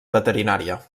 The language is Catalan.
veterinària